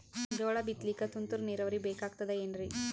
ಜೋಳ ಬಿತಲಿಕ ತುಂತುರ ನೀರಾವರಿ ಬೇಕಾಗತದ ಏನ್ರೀ?